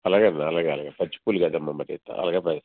అలాగేనమ్మా అలాగే అలాగే పచ్చి పూలు కదమ్మా మరి అలాగే పంపిస్తాం